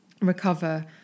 recover